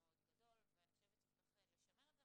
מאוד גדול ואני חושבת שצריך לשמר את זה.